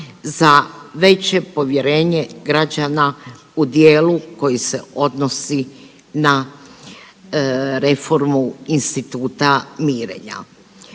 za veće povjerenje građana u dijelu koji se odnosi na reformu instituta mirenja.